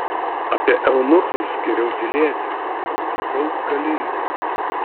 apie eunuchus geriau tylėti per daug galingi